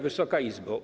Wysoka Izbo!